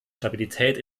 stabilität